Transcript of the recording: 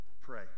pray